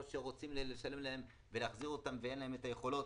או שהם רוצים לשלם להן ולהחזיר אותן ואין להם את היכולות.